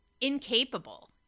incapable